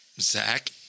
Zach